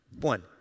One